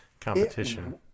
competition